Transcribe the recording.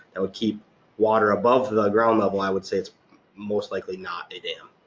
that would keep water above the ground level, i would say it's most likely not a dam.